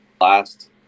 last